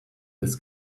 this